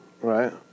right